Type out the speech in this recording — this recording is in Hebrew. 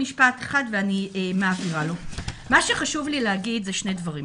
לפני כן חשוב לי לומר שני דברים: